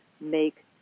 make